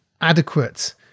adequate